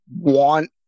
want